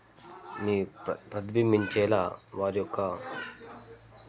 ని ప్ర ప్రతిబింబించేలా వారి యొక్క